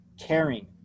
caring